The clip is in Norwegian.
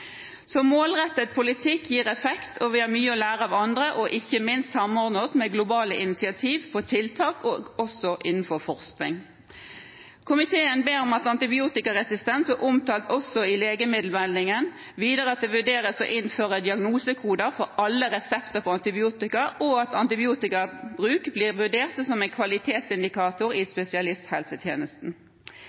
Målrettet politikk gir effekt. Vi har mye å lære av andre og ikke minst av å samordne oss med globale initiativ når det gjelder tiltak, og også innenfor forskning. Komiteen ber om at antibiotikaresistens blir omtalt i legemiddelmeldingen, videre at det vurderes å innføre diagnosekoder for alle resepter på antibiotika, og at antibiotikabruk blir vurdert som en kvalitetsindikator i spesialisthelsetjenesten.